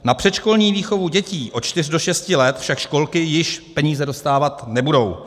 Na předškolní výchovu dětí od čtyř do šesti let však školky již peníze dostávat nebudou.